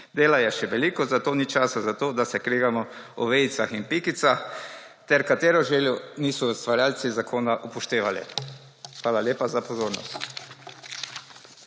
Dela je še veliko, zato ni časa za to, da se kregamo o vejicah in pikicah, ter katero željo niso ustvarjalci zakona upoštevali. Hvala lepa za pozornost.